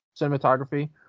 cinematography